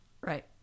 right